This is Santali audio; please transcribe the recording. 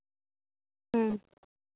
ᱦᱩᱸ